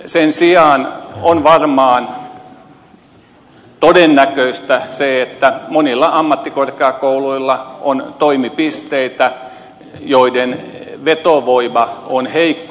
sen sijaan on varmaan todennäköistä se että monilla ammattikorkeakouluilla on toimipisteitä joiden vetovoima on heikko